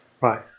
Right